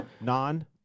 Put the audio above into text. non